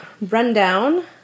rundown